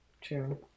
true